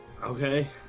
Okay